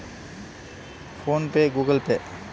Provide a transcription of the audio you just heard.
ನನ್ನ gas bill ಹೆಂಗ ಕಟ್ಟಬೇಕು?